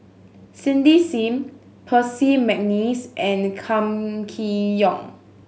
Cindy Sim Percy McNeice and Kam Kee Yong